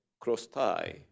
cross-tie